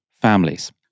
families